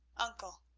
uncle,